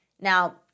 Now